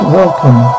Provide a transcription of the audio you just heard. welcome